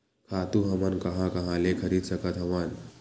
खातु हमन कहां कहा ले खरीद सकत हवन?